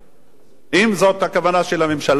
אם זאת הכוונה של הממשלה, אנחנו יודעים.